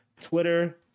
Twitter